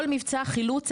כל מבצע חילוץ,